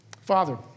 Father